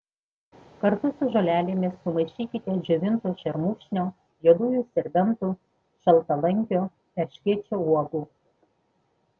kartu su žolelėmis sumaišykite džiovintų šermukšnio juodųjų serbentų šaltalankio erškėčio uogų